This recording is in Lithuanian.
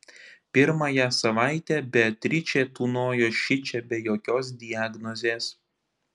pirmąją savaitę beatričė tūnojo šičia be jokios diagnozės